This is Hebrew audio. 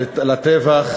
לטבח